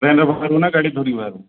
ଟ୍ରେନ୍ରେ ବାହାରିବୁ ନା ଗାଡ଼ି ଧରିକି ବାହାରିବୁ